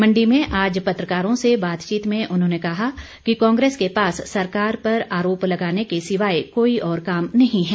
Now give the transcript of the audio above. मंडी में आज पत्रकारों से बातचीत में उन्होंने कहा कि कांग्रेस के पास सरकार पर आरोप लगाने के सिवाए कोई और काम नहीं है